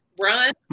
Run